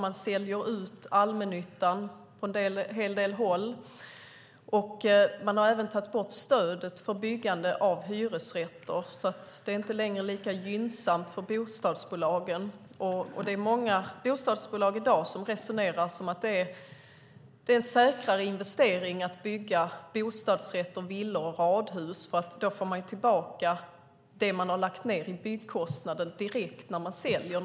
Man säljer ut allmännyttan på en hel del håll. Man har även tagit bort stödet för byggande av hyresrätter. Det är inte längre lika gynnsamt för bostadsbolagen. Det är många bostadsbolag i dag som resonerar som så att det är en säkrare investering att bygga bostadsrätter, villor och radhus, för då får man tillbaka det man har lagt ned i byggkostnader direkt när man säljer.